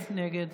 נגד